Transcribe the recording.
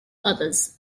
others